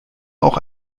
auch